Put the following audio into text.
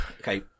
okay